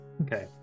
okay